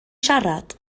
siarad